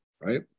right